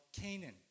Canaan